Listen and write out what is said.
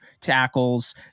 tackles